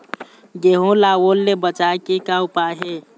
गेहूं ला ओल ले बचाए के का उपाय हे?